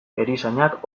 erizainak